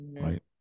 right